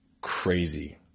crazy